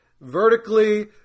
vertically